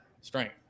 strength